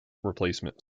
replacement